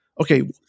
okay